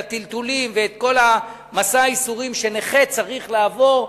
הטלטולים ואת כל מסע הייסורים שנכה צריך לעבור,